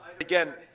again